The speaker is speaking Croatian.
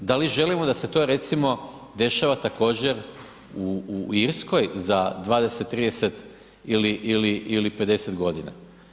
Da li želimo da se to recimo dešava također u Irskoj za 20, 30 ili 50 godina?